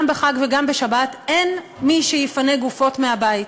גם בחג וגם בשבת אין מי שיפנה גופות מהבית.